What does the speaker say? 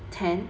ten